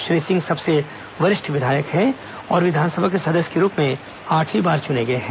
श्री सिंह सबसे वरिष्ठ विधायक हैं और विधानसभा के सदस्य के रूप में आठवीं बार चुने गए हैं